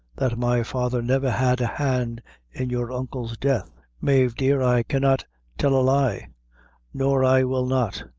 that my father never had a hand in your uncle's death. mave, dear, i cannot tell a lie nor i will not.